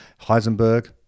Heisenberg